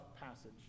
passage